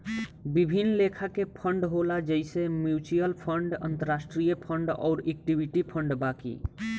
विभिन्न लेखा के फंड होला जइसे म्यूच्यूअल फंड, अंतरास्ट्रीय फंड अउर इक्विटी फंड बाकी